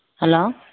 hello